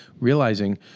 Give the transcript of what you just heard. realizing